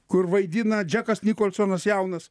kur vaidina džekas nikolsonas jaunas